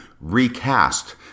recast